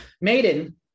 Maiden